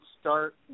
start